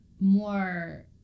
more